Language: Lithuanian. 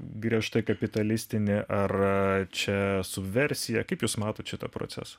griežtai kapitalistinį ar čia su versija kaip jūs matot šitą procesą